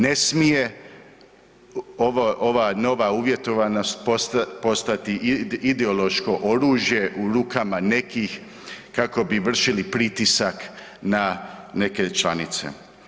Ne smije ova nova uvjetovanost postati ideološko oružje u rukama nekih kako bi vršili pritisak na neke članice.